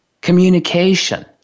Communication